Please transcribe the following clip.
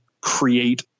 create